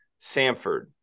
Samford